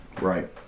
Right